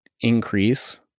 increase